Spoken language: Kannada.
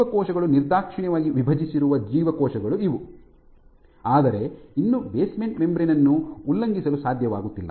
ಜೀವಕೋಶಗಳು ನಿರ್ದಾಕ್ಷಿಣ್ಯವಾಗಿ ವಿಭಜಿಸಿರುವ ಜೀವಕೋಶಗಳು ಇವು ಆದರೆ ಇನ್ನೂ ಬೇಸ್ಮೆಂಟ್ ಮೆಂಬ್ರೇನ್ ಅನ್ನು ಉಲ್ಲಂಘಿಸಲು ಸಾಧ್ಯವಾಗುತ್ತಿಲ್ಲ